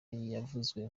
yavuzwe